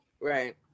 Right